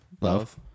Love